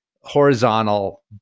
horizontal